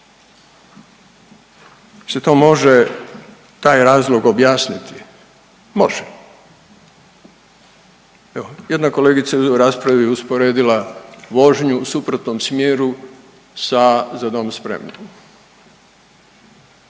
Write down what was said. se to može taj razlog objasniti? Može, evo jedna kolegica je ovdje u raspravi usporedila vožnju u suprotnom smjeru sa „Za dom spremni!“,